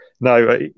no